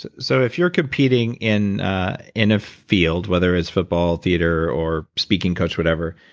so if you're competing in in a field, whether it's football, theater or speaking coach, whatever,